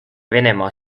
venemaa